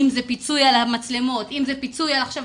אם זה פיצוי על המצלמות ואם זה פיצוי לעסקים,